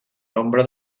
nombre